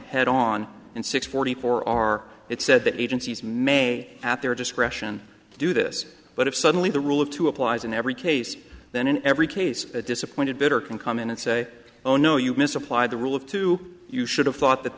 head on and six forty four are it said that agencies may at their discretion do this but if suddenly the rule of two applies in every case then in every case a disappointed bitter can come in and say oh no you misapplied the rule of two you should have thought that